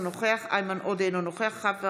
אינו נוכח איימן עודה,